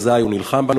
אזי הוא נלחם בנו,